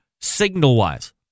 signal-wise